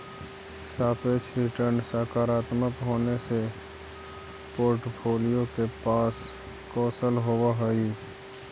सापेक्ष रिटर्न सकारात्मक होने से पोर्ट्फोलीओ के पास कौशल होवअ हई